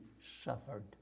suffered